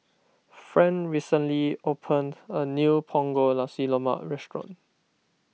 Fran recently opened a new Punggol Nasi Lemak restaurant